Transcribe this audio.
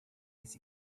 his